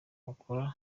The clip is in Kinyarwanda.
bakora